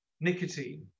nicotine